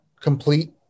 complete